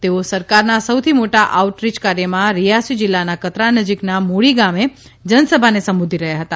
તેઓ સરકારના સૌથી મોટા આઉટરીય કાર્યક્રમમાં રીયાસી જીલ્લાના કતરા નજીકના મૂળી ગામે જનસભાને સંબોધી રહ્યા હતા